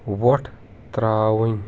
وۄٹھ ترٛاوٕنۍ